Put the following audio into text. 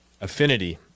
Affinity